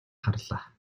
харлаа